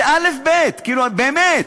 זה אלף-בית, באמת.